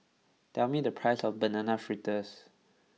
tell me the price of Banana Fritters